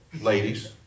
ladies